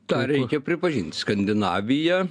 tą reikia pripažint skandinavija